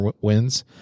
wins